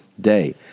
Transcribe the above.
Day